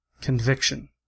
Conviction